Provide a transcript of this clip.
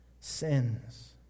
sins